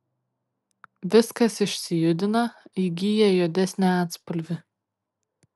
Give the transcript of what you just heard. viskas išsijudina įgyja juodesnį atspalvį